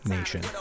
Nation